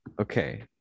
Okay